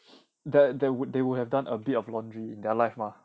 that they would they would have done a bit of laundry in their life mah